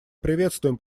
приветствуем